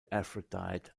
aphrodite